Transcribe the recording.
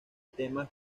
temas